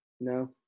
No